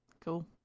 Cool